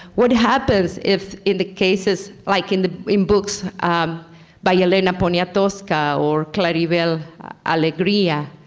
what happens if in the cases like in the in books um by elena poniatowska or claribel alegria